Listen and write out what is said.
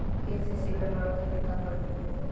KCC बनवावे खातिर का करे के पड़ी?